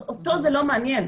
אותו זה לא מעניין,